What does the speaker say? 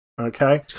Okay